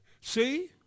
See